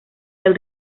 del